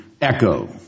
echo